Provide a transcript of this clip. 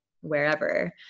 wherever